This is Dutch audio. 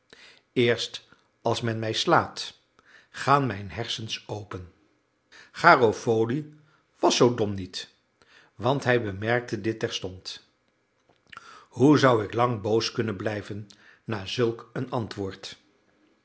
eerst als men mij slaat gaan mijn hersens open garofoli was zoo dom niet want hij bemerkte dit terstond hoe zou ik lang boos kunnen blijven na zulk een antwoord